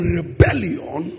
rebellion